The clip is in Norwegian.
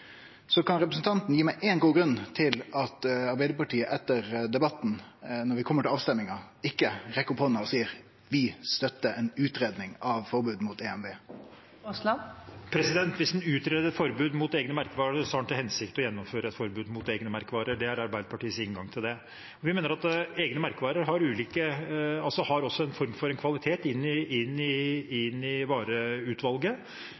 Kan representanten gi meg ein god grunn til at Arbeiderpartiet etter debatten, når vi kjem til voteringa, ikkje rekkjer opp handa og seier at dei støttar ei utgreiing av forbod mot EMV, eigne merkevarer? Hvis en utreder et forbud mot egne merkevarer, har en til hensikt å gjennomføre et forbud mot egne merkevarer – det er Arbeiderpartiets inngang til det. Vi mener at egne merkevarer også har en form for kvalitet